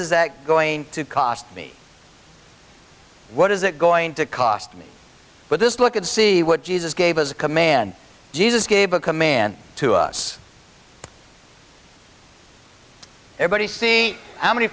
we're going to cost me what is it going to cost me with this look at to see what jesus gave us a command jesus gave a command to us everybody see how many